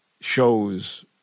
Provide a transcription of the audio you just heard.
shows